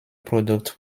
product